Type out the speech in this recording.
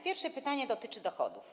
Pierwsze pytanie dotyczy dochodów.